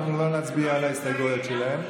אנחנו לא נצביע על ההסתייגויות שלהם.